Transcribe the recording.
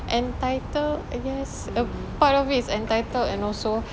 entitled I guess a part of it is entitled and also